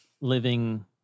living